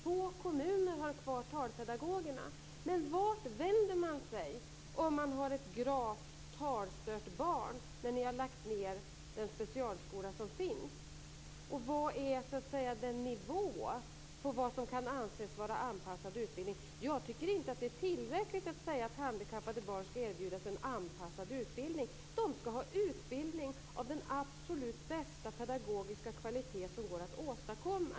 Få kommuner har kvar talpedagogerna. Vart vänder man sig om man har ett gravt talstört barn när ni har lagt ned den specialskola som finns? Vilken nivå kan anses vara anpassad utbildning? Jag tycker inte att det är tillräckligt att säga att handikappade barn ska erbjudas en anpassad utbildning. De ska ha utbildning av den absolut bästa pedagogiska kvalitet som går att åstadkomma.